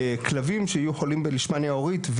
כלבים שיהיו חולים בלישמניה עורית,